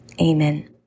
amen